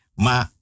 Ma